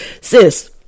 Sis